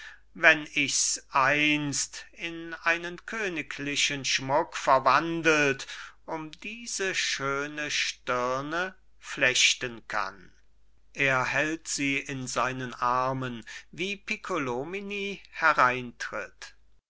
wenn ichs einst in einen königlichen schmuck verwandelt um diese schöne stirne flechten kann er hält sie in seinen armen wie piccolomini hereintritt